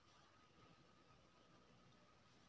अंगुर बहुत रसगर फर होइ छै